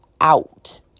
out